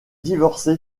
divorcé